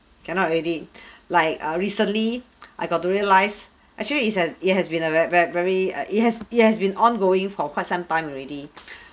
cannot already like err recently I got to realise actually is as it has been a very very very err it has it has been ongoing for quite some time already